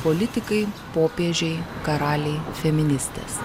politikai popiežiai karaliai feministės